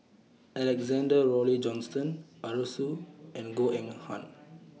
Alexander Laurie Johnston Arasu and Goh Eng Han